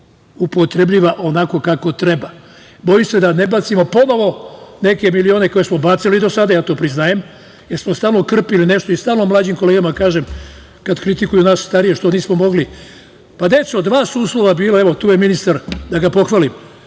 upotrebljiva onako kako treba. Bojim se da ne bacimo ponovo neke milione koje smo bacili do sada, ja to priznajem, jer smo stalno krpili nešto. Kažem mlađim kolegama kada kritikuju nas starije što nismo mogli da uradimo - deco, bila su dva uslova, evo, tu je ministar, da ga pohvalim,